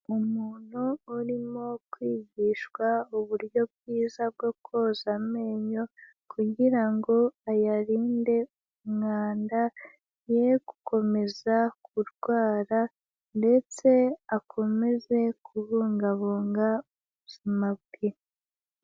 Umuntu urimo kwigishwa uburyo bwiza bwo koza amenyo kugira ngo ayarinde umwanda, yeye gukomeza kurwara ndetse akomeze kubungabunga ubuzima bwe.